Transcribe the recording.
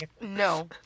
no